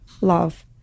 love